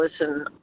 listen